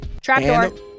Trapdoor